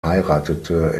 heiratete